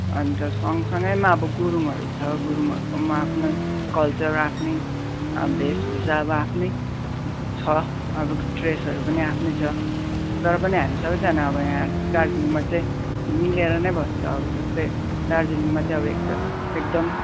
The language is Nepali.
अन्त सँगसँगैमा अब गुरुङहरू छ गुरुङकोमा आफ्नै कल्चर आफ्नै भेषभूषा अब आफ्नै छ अब ड्रेसहरू पनि आफ्नै छ तर पनि हामी सबैजना अब यहाँ दार्जिलिङमा चाहिँ मिलेर नै बस्छ अब जस्तै दार्जिलिङमा चाहिँ अब एकता एकदम